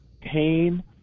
pain